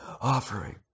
offering